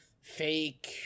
fake